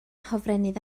hofrennydd